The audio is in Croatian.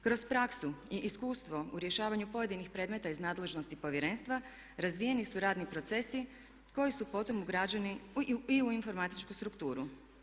Kroz praksu i iskustvo u rješavanju pojedinih predmeta iz nadležnosti Povjerenstva razvijeni su radni procesi koji su potom ugrađeni i u informatičku strukturu.